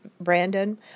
Brandon